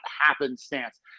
happenstance